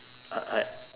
I I